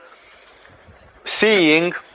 seeing